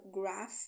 graph